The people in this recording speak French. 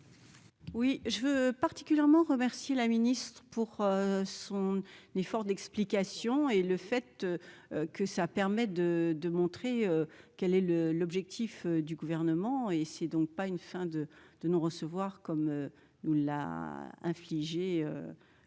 Oui, je veux particulièrement remercier la ministre pour son l'effort d'explication et le fait que ça permet de de montrer quelle est le l'objectif du gouvernement et c'est donc pas une fin de de non recevoir comme nous l'a infligé